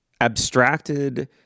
abstracted